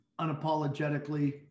unapologetically